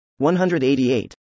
188